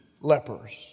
lepers